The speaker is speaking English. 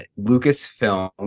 Lucasfilm